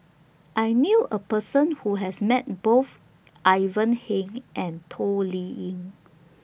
I knew A Person Who has Met Both Ivan Heng and Toh Liying